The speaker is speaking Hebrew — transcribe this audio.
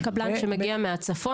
הקבלן נמצא בשטח.